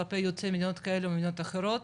כלפי יוצאי מדינות כאלו ומדינות אחרות,